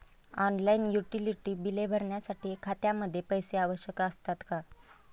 Online utility बिले भरण्यासाठी खात्यामध्ये पैसे आवश्यक असतात का?